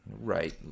right